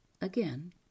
again